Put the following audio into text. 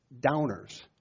downers